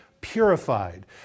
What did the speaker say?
purified